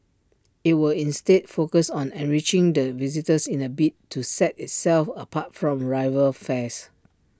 IT will instead focus on enriching the visitor's in A bid to set itself apart from rival affairs